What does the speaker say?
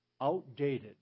outdated